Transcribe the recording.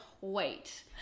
wait